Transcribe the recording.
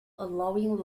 allowing